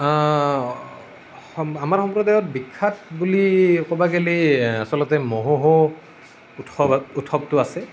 সম আমাৰ সম্প্ৰদায়ত বিখ্যাত বুলি ক'ব গ'লে আচলতে মহোহো উৎসৱত উৎসৱটো আছে